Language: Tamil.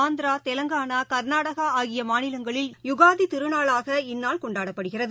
ஆந்திரா தெலங்கானா கன்னடாஆகியமாநிலங்களில் யுனதிதிருநாளாகக் இந்நாள் கொண்டாடப்படுகிறது